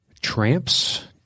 Tramps